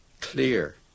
clear